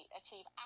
achieve